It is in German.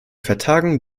vertagung